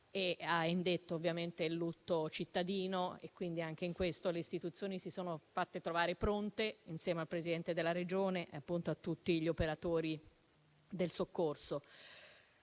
e ha indetto ovviamente il lutto cittadino. Anche in questo, le istituzioni si sono fatte trovare pronte, insieme al Presidente della Regione e a tutti gli operatori del soccorso.